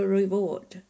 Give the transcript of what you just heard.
reward